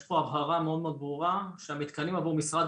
יש פה הבהרה מאוד מאוד ברורה שהמתקנים עבור משרד